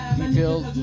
details